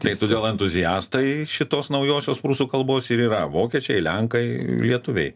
tai todėl entuziastai šitos naujosios prūsų kalbos ir yra vokiečiai lenkai lietuviai